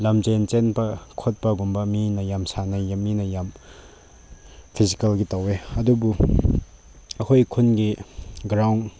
ꯂꯝꯖꯦꯜ ꯆꯦꯟꯕ ꯍꯣꯠꯄꯒꯨꯝꯕ ꯃꯤꯅ ꯌꯥꯝ ꯁꯥꯟꯅꯩꯌꯦ ꯃꯤꯅ ꯌꯥꯝ ꯐꯤꯖꯤꯀꯦꯜꯒꯤ ꯇꯧꯋꯦ ꯑꯗꯨꯕꯨ ꯑꯩꯈꯣꯏ ꯈꯨꯟꯒꯤ ꯒ꯭ꯔꯥꯎꯟ